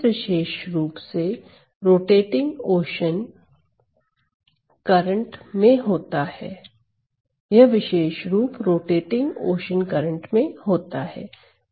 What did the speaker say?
यह विशेष रूप से रोटेटिंग ओशन करंट में होता है